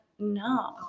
No